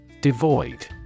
Devoid